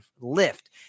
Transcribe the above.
Lift